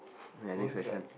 okay next question